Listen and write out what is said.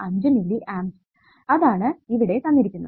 5 milli amps അതാണ് ഇവിടെ തന്നിരിക്കുന്നത്